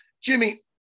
Jimmy